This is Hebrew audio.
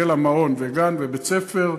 יהיו לה מעון, וגן, ובית-ספר,